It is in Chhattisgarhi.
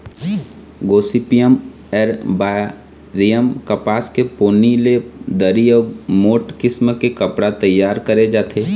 गोसिपीयम एरबॉरियम कपसा के पोनी ले दरी अउ मोठ किसम के कपड़ा तइयार करे जाथे